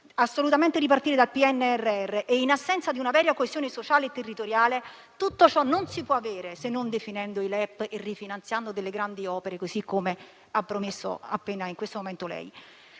assolutamente ripartire dal PNRR e, in assenza di una vera coesione sociale e territoriale, tutto ciò non si può avere, se non definendo i LEP e rifinanziando grandi opere, così come ha promesso in questo momento.